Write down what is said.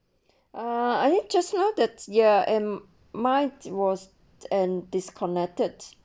uh I think just now the ya um mic was and disconnected